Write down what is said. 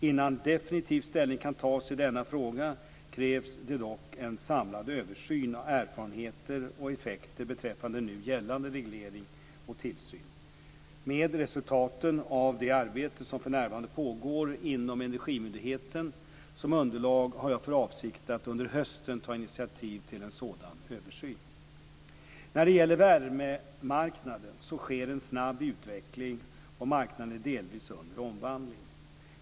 Innan definitiv ställning kan tas i denna fråga krävs det dock en samlad översyn av erfarenheter och effekter beträffande nu gällande reglering och tillsyn. Med resultaten av det arbete som för närvarande pågår inom Energimyndigheten som underlag har jag för avsikt att under hösten ta initiativ till en sådan översyn. När det gäller värmemarknaden så sker en snabb utveckling, och marknaden är delvis under omvandling.